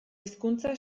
hezkuntza